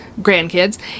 grandkids